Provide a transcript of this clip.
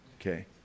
okay